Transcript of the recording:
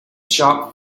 shop